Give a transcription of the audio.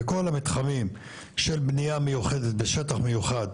וכל המתחמים של בנייה מיוחדת בשטח מיוחד,